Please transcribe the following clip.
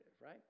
right